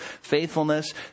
faithfulness